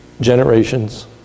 generations